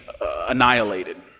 annihilated